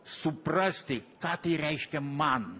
suprasti ką tai reiškia man